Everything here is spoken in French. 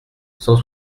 cent